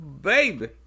Baby